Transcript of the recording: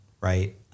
right